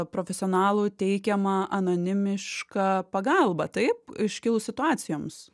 profesionalų teikiama anonimiška pagalba taip iškilus situacijoms